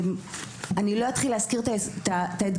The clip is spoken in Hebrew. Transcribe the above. אני לא אתחיל להזכיר את האתגרים,